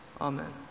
Amen